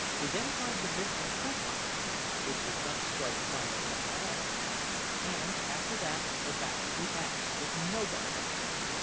he then tried the bit of hoop-iron, which would not strike fire at all and after that the back of the axe, with no better success.